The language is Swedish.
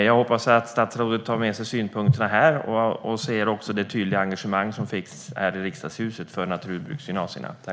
Jag hoppas att statsrådet tar med sig synpunkterna härifrån och ser det tydliga engagemang som finns här i Riksdagshuset för naturbruksgymnasierna.